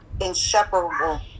Inseparable